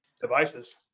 devices